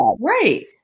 Right